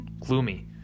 Gloomy